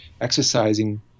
exercising